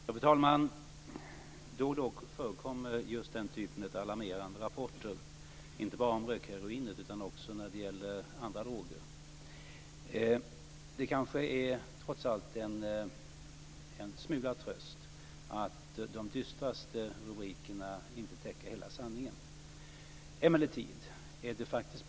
Fru talman! Då och då förekommer just den här typen av alarmerande rapporter, inte bara om rökheroinet utan också när det gäller andra droger. Det kanske trots allt är en smula tröst att de dystraste rubrikerna inte täcker hela sanningen.